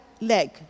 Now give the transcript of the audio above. leg